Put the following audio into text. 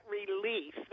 relief